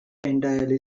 entirely